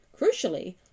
crucially